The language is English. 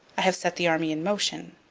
i have set the army in motion.